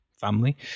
family